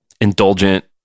indulgent